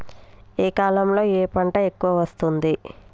ఏ కాలంలో ఏ పంట ఎక్కువ వస్తోంది?